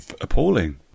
appalling